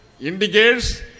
indicates